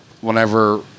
whenever